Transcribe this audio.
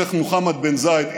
שייח' מוחמד בן זאייד,